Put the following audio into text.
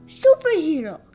superhero